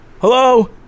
Hello